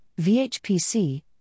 VHPC